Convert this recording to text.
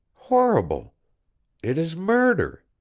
horrible it is murder.